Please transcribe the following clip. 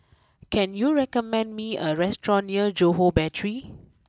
can you recommend me a restaurant near Johore Battery